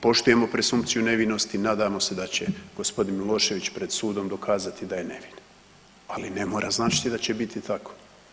Poštujemo presumpciju nevinosti i nadamo se da će gospodin Milošević pred sudom dokazati da je nevin, ali ne mora značiti da će biti tako.